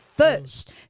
First